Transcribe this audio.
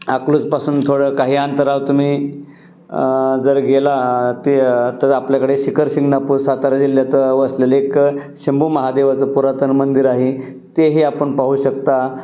अकलूजपासून थोडं काही अंतरावर तुम्ही जर गेला ते तर आपल्याकडे शिखरशिंगणापूर सातारा जिल्ह्यात वसलेले एक शंभू महादेवाचं पुरातन मंदिर आहे तेही आपण पाहू शकता